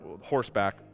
horseback